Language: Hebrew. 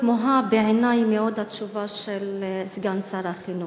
תמוהה בעיני מאוד התשובה של סגן שר החינוך.